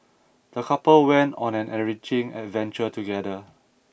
the couple went on an enriching adventure together